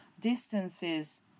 distances